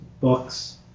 books